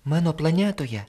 mano planetoje